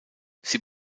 sie